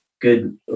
good